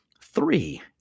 three